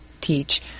teach